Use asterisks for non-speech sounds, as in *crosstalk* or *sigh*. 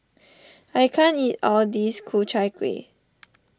I can't eat all of this Ku Chai Kueh *noise*